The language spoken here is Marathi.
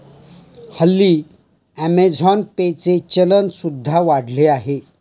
हल्ली अमेझॉन पे चे चलन सुद्धा वाढले आहे